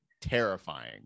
terrifying